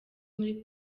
muri